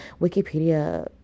Wikipedia